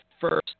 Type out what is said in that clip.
first